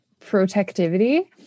protectivity